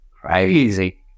crazy